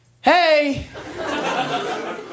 hey